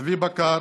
צבי בקר,